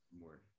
More